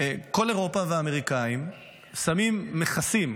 כל אירופה והאמריקאים שמים מכסים,